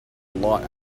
lot